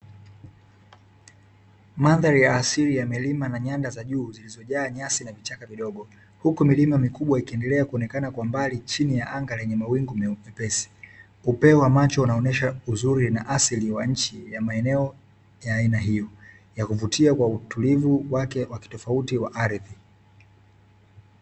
Mandhari ya asili ya milima na nyanda za juu zilizojaa nyasi na vichaka vidogo, huku milima mikubwa ikiendelea kuonekana kwa mbali chini ya anga lenye mawingu yenye uepesi, upeo wa macho unaonyesha uzuri na asili wa nchi ya maeneo ya aina hiyo ya kuvutia kwa utulivu wake wakitofauti wa ardhi.